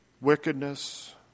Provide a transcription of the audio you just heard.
wickedness